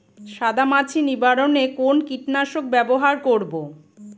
সাদা মাছি নিবারণ এ কোন কীটনাশক ব্যবহার করব?